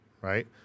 right